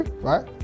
right